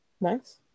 Nice